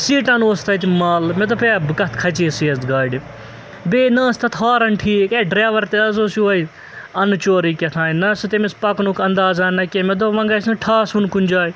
سیٖٹَن اوس تَتہِ مَل مےٚ دوٚپ ہے بہٕ کَتھ کھژیسٕے یَس گاڑِ بیٚیہِ نہ ٲس تَتھ ہارن ٹھیٖک اے ڈرٛیوَر تہِ حظ اوس یِہوٚے اَن چورٕے کیٛاہ تھام نہ سُہ تٔمِس پکنُک انٛدازا نہ کینٛہہ مےٚ دوٚپ وۄنۍ گژھِ نہٕ ٹھاسُن کُنہِ جاے